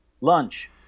lunch